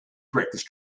reckless